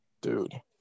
dude